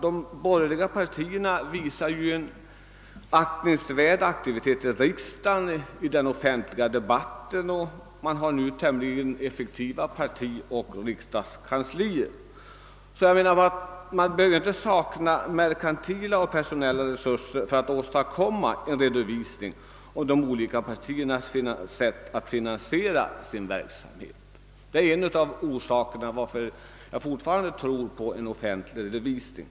De borgerliga partierna lägger ju i dagen en aktningsvärd aktivitet både här i riksdagen och i den offentliga debatten, och de har nu ganska effektiva och aktiva partioch riksdagskanslier. Det borde därför inte saknas personella eller andra resurser för att göra en redovisning om de olika partiernas sätt att finansiera sin verksamhet. Det är en av orsakerna till att jag fortfarande tror på en offentlig redovisning.